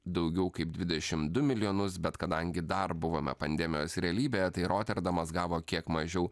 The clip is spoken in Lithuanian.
daugiau kaip dvidešim du milijonus bet kadangi dar buvome pandemijos realybėje tai roterdamas gavo kiek mažiau